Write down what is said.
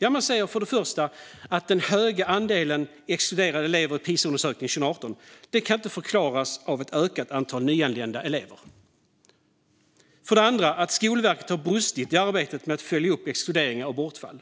För det första säger man att den höga andelen exkluderade elever i Pisaundersökningen 2018 inte kan förklaras av ett ökat antal nyanlända elever. För det andra säger man att Skolverket har brustit i arbetet med att följa upp exkluderingar och bortfall.